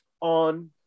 on